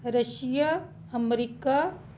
Russia America